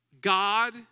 God